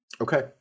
Okay